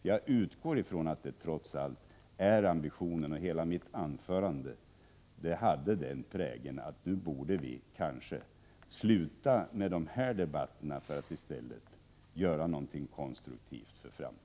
Jag utgår från ambitionen — hela mitt anförande hade den prägeln — att vi nu borde sluta med dessa debatter för att i stället göra någonting konstruktivt för framtiden.